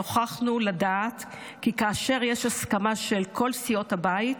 נוכחנו לדעת כי כאשר יש הסכמה של כל סיעות הבית,